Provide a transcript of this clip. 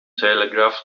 telegraph